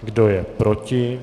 Kdo je proti?